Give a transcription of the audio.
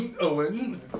Owen